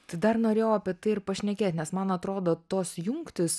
tai dar norėjau apie tai ir pašnekėt nes man atrodo tos jungtys